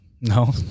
No